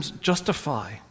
justify